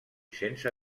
sense